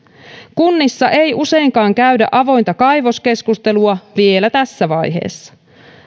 kunnissa ei useinkaan käydä avointa kaivoskeskustelua vielä tässä vaiheessa